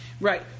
Right